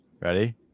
Ready